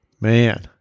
Man